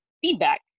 feedback